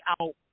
out